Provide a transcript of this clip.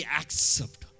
accept